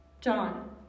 John